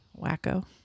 Wacko